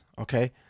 okay